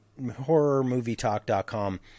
horrormovietalk.com